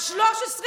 האיראנים זיהו חולשה.